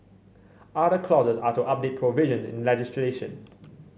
other clauses are to update provisions in legislation